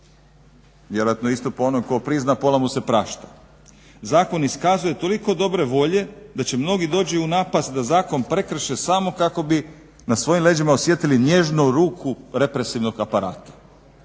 Vjerojatno isto po onoj tko prizna pola mu se prašta. Zakon iskazuje toliko dobre volje da će mnogi doći u napast da zakon prekrše samo kako bi na svojim leđima osjetili nježnu ruku represivnog aparata.